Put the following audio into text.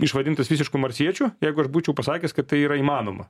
išvadintas visišku marsiečiu jeigu aš būčiau pasakęs kad tai yra įmanoma